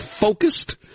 focused